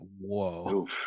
whoa